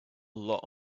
lot